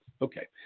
Okay